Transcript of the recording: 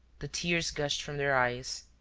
the tears gushed from their eyes,